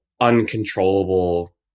uncontrollable